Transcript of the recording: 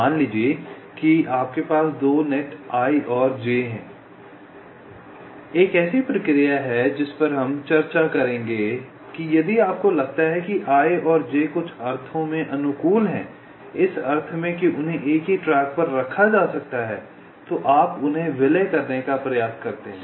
मान लीजिए कि आपके पास 2 नेट i और j हैं एक ऐसी प्रक्रिया है जिस पर हम चर्चा करेंगे कि यदि आपको लगता है कि i और j कुछ अर्थों में अनुकूल हैं इस अर्थ में कि उन्हें एक ही ट्रैक पर रखा जा सकता है तो आप उन्हें विलय करने का प्रयास करते हैं